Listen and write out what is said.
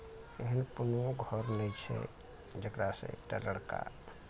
एहन कोनो घर नहि छै जेकरा से एकटा लड़का